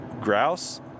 Grouse